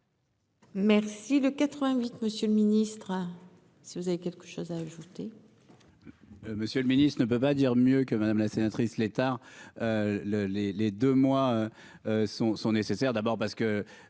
Merci le 88. Monsieur le Ministre. Si vous avez quelque chose à ajouter.